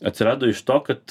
atsirado iš to kad